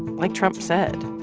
like trump said,